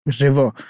river